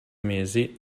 mesi